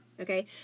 Okay